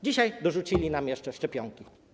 Dzisiaj dorzucili nam jeszcze szczepionki.